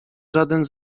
żaden